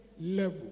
level